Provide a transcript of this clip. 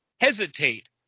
hesitate